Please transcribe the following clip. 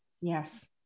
Yes